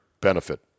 benefit